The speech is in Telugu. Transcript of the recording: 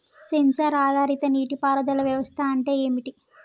సెన్సార్ ఆధారిత నీటి పారుదల వ్యవస్థ అంటే ఏమిటి?